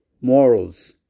morals